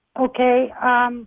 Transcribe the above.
Okay